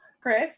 Chris